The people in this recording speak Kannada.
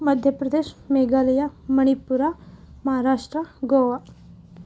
ಮಧ್ಯ ಪ್ರದೇಶ್ ಮೇಘಾಲಯ ಮಣಿಪುರ ಮಹಾರಾಷ್ಟ್ರ ಗೋವ